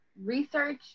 research